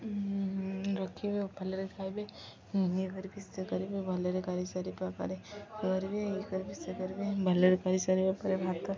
ରଖିବେ ଭଲରେ ଖାଇବେ ଇଏ କର ବି ସେେଇ କରିବେ ଭଲରେ କରିସାରିବା ପରେ କରିବେ ଇଏ କର ବି ସେେଇ କରିବେ ଭଲରେ କରିସାରିବା ପରେ ଭାତ